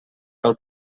cal